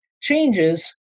changes